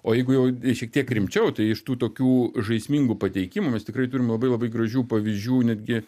o jeigu jau šiek tiek rimčiau tai iš tų tokių žaismingų pateikimų mes tikrai turim labai labai gražių pavyzdžių netgi